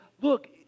look